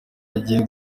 agiye